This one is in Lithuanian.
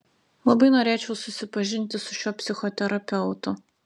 labai norėčiau susipažinti su šiuo psichoterapeutu